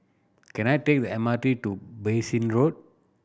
can I take the M R T to Bassein Road